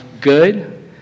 good